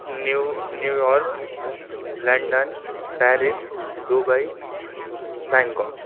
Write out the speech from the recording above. new New York London Paris Dubai bank cock